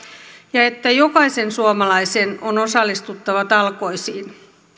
ja että jokaisen suomalaisen on osallistuttava talkoisiin